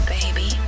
Baby